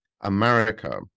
America